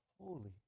holy